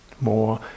more